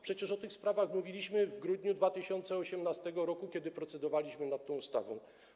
Przecież o tych sprawach mówiliśmy w grudniu 2018 r., kiedy procedowaliśmy nad tą ustawą.